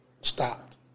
stopped